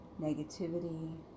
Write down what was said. negativity